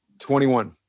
21